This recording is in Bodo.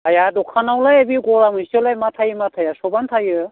आया दखानावलाय बे गला मोनसेआवलाय मा थायो मा थाया सबानो थायो